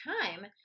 time